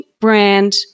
brand